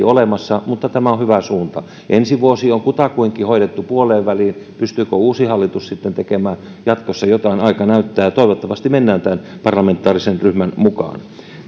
olemassa mutta tämä on hyvä suunta ensi vuosi on hoidettu kutakuinkin puoleenväliin pystyykö uusi hallitus sitten tekemään jatkossa jotain aika näyttää ja toivottavasti mennään tämän parlamentaarisen ryhmän mukaan